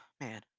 Man